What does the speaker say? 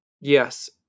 Yes